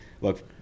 look